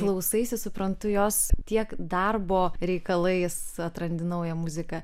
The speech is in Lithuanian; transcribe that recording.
klausaisi suprantu jos tiek darbo reikalais atrandi naują muziką